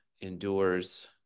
endures